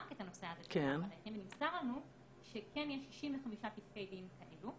את הנושא של צער בעלי חיים ונמסר לנו שיש 65 פסקי דין כאלה.